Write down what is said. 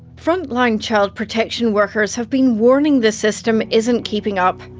frontline child protection workers have been warning the system isn't keeping up.